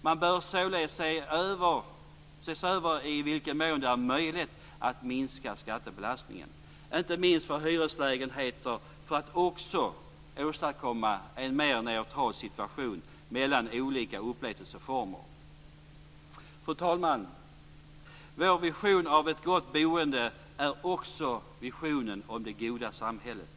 Man bör således se över i vilken mån det är möjligt att minska skattebelastningen, inte minst för hyreslägenheter, för att också åstadkomma en mer neutral situation mellan olika upplåtelseformer. Fru talman! Vår vision om ett gott boende är också visionen om det goda samhället.